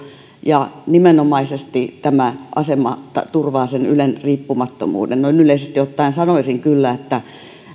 ja nimenomaisesti tämä asema turvaa ylen riippumattomuuden noin yleisesti ottaen sanoisin kyllä että